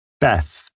Beth